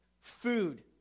food